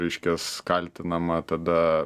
reiškias kaltinama tada